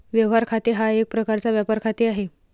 व्यवहार खाते हा एक प्रकारचा व्यापार खाते आहे